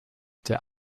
der